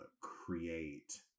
create